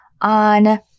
on